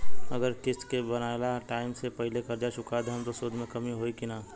अगर किश्त के बनहाएल टाइम से पहिले कर्जा चुका दहम त सूद मे कमी होई की ना?